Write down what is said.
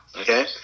Okay